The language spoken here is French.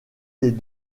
des